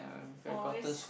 for always